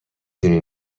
دونی